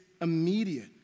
immediate